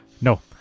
no